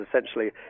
essentially